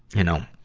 you know,